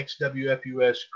XWFUS